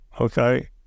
Okay